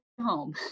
home